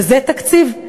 וזה תקציב,